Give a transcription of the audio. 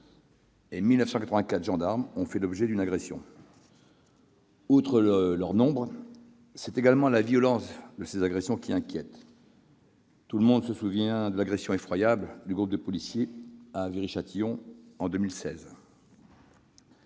et 1 984 gendarmes ont fait l'objet d'une agression. Outre leur nombre, c'est également la violence de ces agressions qui inquiète. Tout le monde ici se souvient de l'agression effroyable d'un groupe de policiers à Viry-Châtillon en 2016.